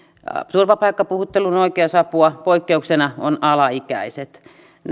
turvapaikkapuhutteluun oikeusapua poikkeuksena ovat alaikäiset